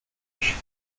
torch